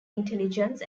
intelligence